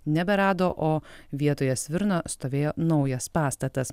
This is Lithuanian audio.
neberado o vietoje svirno stovėjo naujas pastatas